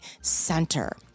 center